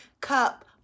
cup